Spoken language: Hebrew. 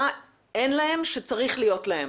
מה אין להם שצריך להיות להם?